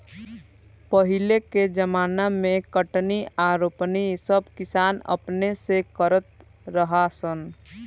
पहिले के ज़माना मे कटनी आ रोपनी सब किसान अपने से करत रहा सन